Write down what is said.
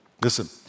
Listen